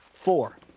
Four